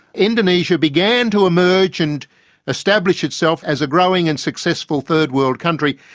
indonesia began to emerge and establish itself as a growing and successful third world country.